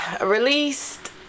released